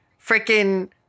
freaking